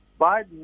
Biden